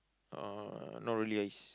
uh not really it's